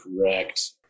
correct